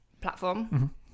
platform